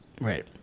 Right